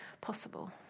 possible